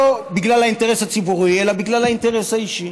בגלל האינטרס הציבורי אלא בגלל האינטרס האישי.